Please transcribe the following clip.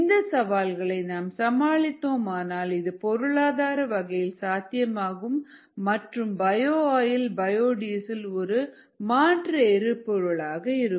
இந்த சவால்களை நாம் சமாளித்தோம் ஆனால் இது பொருளாதார வகையில் சாத்தியமாகும் மற்றும் பயோ ஆயில் பயோடீசல் ஒரு மாற்று எரிபொருளாக இருக்கும்